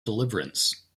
deliverance